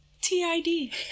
TID